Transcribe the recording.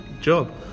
job